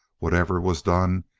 whatever was done,